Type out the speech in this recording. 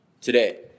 today